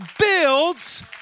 builds